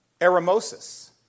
eremosis